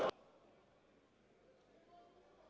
Дякую.